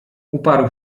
uparł